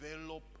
Develop